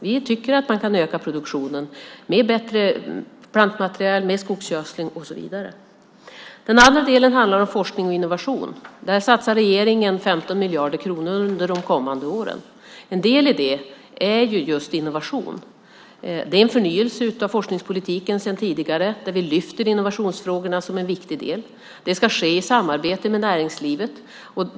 Vi tycker att man kan öka produktionen med bättre plantmaterial, med skogsgödsling, och så vidare. Den andra delen handlar om forskning och innovation. Där satsar regeringen 15 miljarder kronor under de kommande åren. En del i det är just innovation. Det är en förnyelse av forskningspolitiken sedan tidigare, där vi lyfter fram innovationsfrågorna som en viktig del. Det ska ske i samarbete med näringslivet.